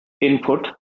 input